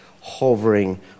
hovering